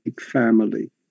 family